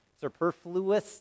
superfluous